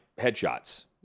headshots